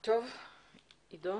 עידו?